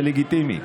זה לגיטימי,